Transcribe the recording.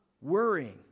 worrying